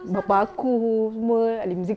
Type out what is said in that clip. bapa aku semua ahli muzik